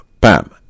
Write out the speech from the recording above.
bam